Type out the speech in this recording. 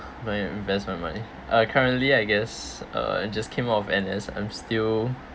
my investment my uh currently I guess uh just came out of N_S I'm still